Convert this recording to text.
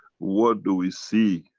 what do we see?